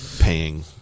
paying